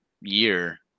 year